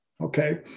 Okay